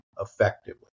effectively